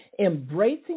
Embracing